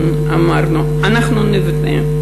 אמרנו: אנחנו נבנה,